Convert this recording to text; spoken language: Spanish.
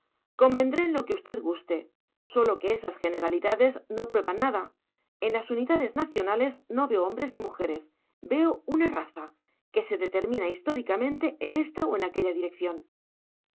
convendré en lo que usted guste sólo que esas generalidades no prueban nada en las unidades nacionales no veo hombres ni mujeres veo una raza que se determina históricamente en esta o en aquella dirección